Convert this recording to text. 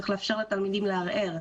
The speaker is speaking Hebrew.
צריך לאפשר לתלמידים לערער.